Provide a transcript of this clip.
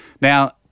Now